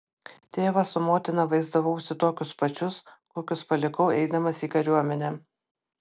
tėvą su motina vaizdavausi tokius pačius kokius palikau eidamas į kariuomenę